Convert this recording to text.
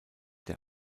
der